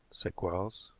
said quarles.